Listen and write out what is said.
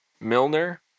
Milner